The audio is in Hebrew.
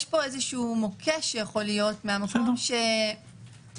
יש פה איזשהו מוקש שיכול להיות מהמקום שאם